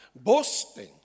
boasting